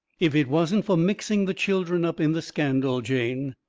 if it wasn't for mixing the children up in the scandal, jane.